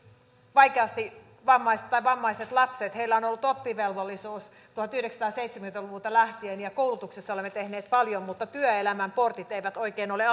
vaikeasti vammaiset ja vammaiset lapset heillä on ollut oppivelvollisuus tuhatyhdeksänsataaseitsemänkymmentä luvulta lähtien ja koulutuksessa olemme tehneet paljon mutta työelämän portit eivät oikein ole